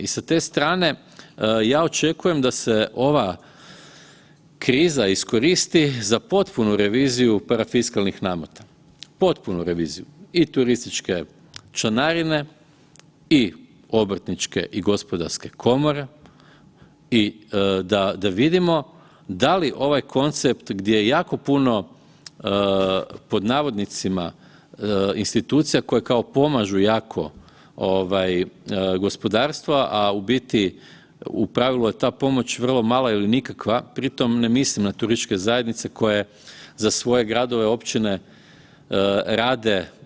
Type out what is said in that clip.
I sa te strane ja očekujem da se ova kriza iskoristi za potpunu reviziju parafiskalnih nameta, potpunu reviziju i turističke članarine i Obrtničke i Gospodarske komore i da vidimo da li ovaj koncept gdje „jako puno institucija“ koje kao pomažu jako gospodarstvo, a u biti u pravilu je ta pomoć vrlo mala ili nikakva pri tom ne mislim na turističke zajednice koje za svoje gradove, općine rade.